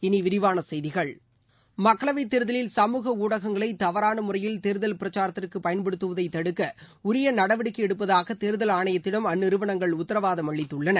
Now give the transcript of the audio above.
இனி விரிவான செய்திகள் மக்களவை தேர்தலில் சமூக ஊடகங்களை தவறான முறையில் தேர்தல் பிரச்சாரத்திற்கு பயன்படுத்துவதை தடுக்க உரிய நடவடிக்கை எடுப்பதாக தோதல் ஆணையத்திடம் அந்நிறுவனங்கள் உத்தரவாதம் அளித்துள்ளன